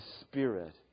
Spirit